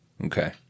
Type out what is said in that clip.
Okay